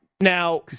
Now